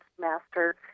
master